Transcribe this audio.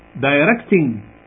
directing